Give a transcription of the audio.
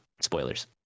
spoilers